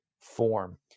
form